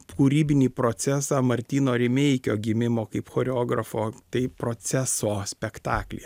kūrybinį procesą martyno rimeikio gimimo kaip choreografo tai proceso spektaklį